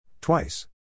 Twice